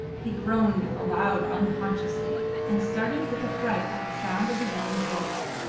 he groaned aloud unconsciously and started with affright at the sound of his own voice.